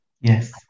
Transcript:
Yes